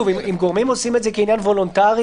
אם גורמים עושים את זה כעניין וולונטרי,